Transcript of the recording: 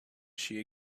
she